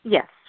Yes